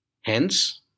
Hence